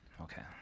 Okay